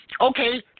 Okay